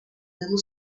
little